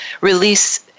release